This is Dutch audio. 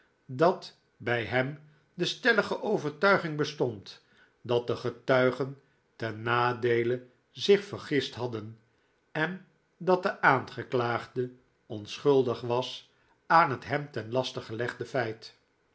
dat bij hem de stelllige overtuiging bestond dat de getuigen ten nadeele zich vergist hadden en dat de aangeklaagde onschuldig was aan het hem ten laste gelegde feit